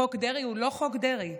חוק דרעי הוא לא חוק דרעי,